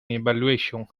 evaluation